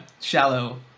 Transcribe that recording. shallow